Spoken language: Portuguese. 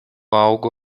algo